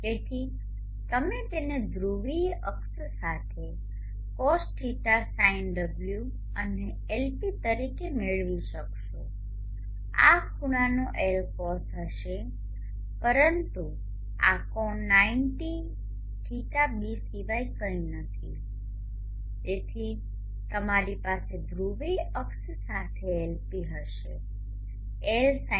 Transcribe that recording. તેથી તમે તેને ધ્રુવીય અક્ષ સાથે cosδ sinω અને Lp તરીકે મેળવી શકશો આ ખૂણાનો Lcos હશે પરંતુ આ કોણ 90 δb સિવાય કંઈ નથી તેથી તમારી પાસે ધ્રુવીય અક્ષ સાથે Lp હશે Lsinδ